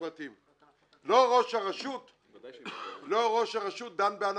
לא ראש הרשות דן בהנחות.